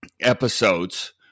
episodes